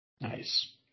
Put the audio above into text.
Nice